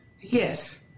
Yes